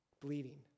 bleeding